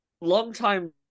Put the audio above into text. Longtime